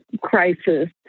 crisis